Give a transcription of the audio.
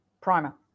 Primer